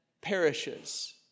perishes